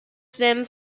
them